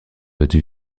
votre